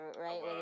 right